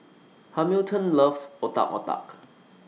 Hamilton loves Otak Otak